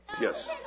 Yes